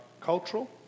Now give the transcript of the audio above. cultural